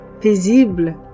paisible